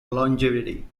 longevity